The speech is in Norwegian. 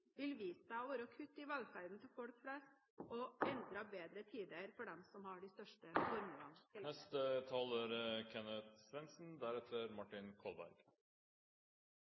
vil vise seg å være kutt i velferden til folk flest og enda bedre tider for dem som har de største